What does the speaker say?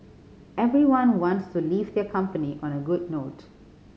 everyone wants to leave their company on a good note